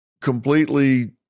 completely